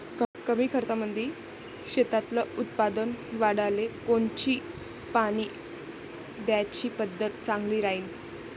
कमी खर्चामंदी शेतातलं उत्पादन वाढाले कोनची पानी द्याची पद्धत चांगली राहीन?